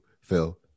Phil